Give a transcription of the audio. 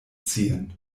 ziehen